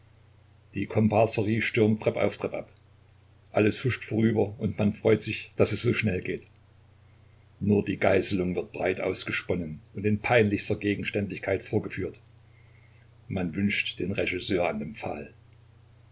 die komparserie stürmt treppauf treppab alles huscht vorüber und man freut sich daß es so schnell geht nur die geißelung wird breit ausgesponnen und in peinlichster gegenständlichkeit vorgeführt man wünscht den regisseur an den pfahl